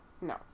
No